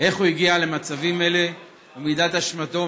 איך הוא הגיע למצבים אלה ומהי מידת אשמתו,